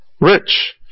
rich